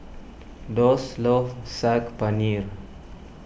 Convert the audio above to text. Thos loves Saag Paneer